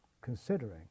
considering